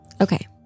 Okay